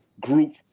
group